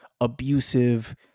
abusive